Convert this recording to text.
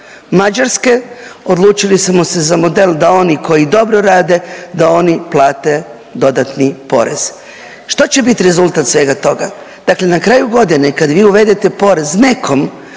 Mađarske, odlučili smo se za model da oni koji dobro rade, da oni plate dodatni porez. Što će biti rezultat svega toga? Dakle na kraju godine, kad vi uvedete porez nekom